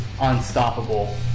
unstoppable